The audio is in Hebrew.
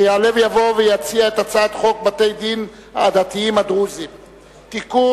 שיעלה ויבוא ויציע את הצעת חוק בתי-הדין הדתיים הדרוזיים (תיקון,